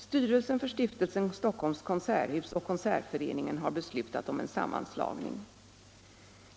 Styrelsen för stiftelsen Stockholms konserthus och Konsertföreningen har beslutat om en sammanslagning.